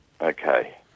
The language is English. Okay